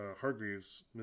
Hargreaves